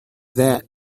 that